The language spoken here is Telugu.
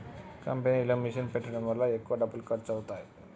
కంపెనీలో మిషన్ పెట్టడం వల్ల ఎక్కువ డబ్బులు ఖర్చు అవుతాయి